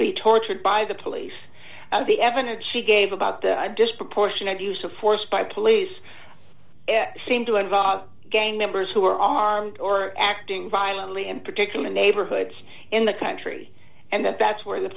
be tortured by the police and the evidence she gave about the disproportionate use of force by police seem to involve gang members who are armed or acting violently in particular neighborhoods in the country and that that's where the